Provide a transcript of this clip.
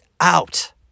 out